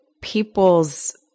people's